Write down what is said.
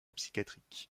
psychiatrique